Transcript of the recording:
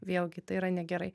vėlgi tai yra negerai